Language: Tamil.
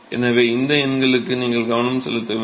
எனவே இந்த எண்களுக்கு நீங்கள் கவனம் செலுத்த வேண்டும்